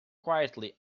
quietly